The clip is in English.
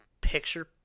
picture